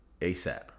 ASAP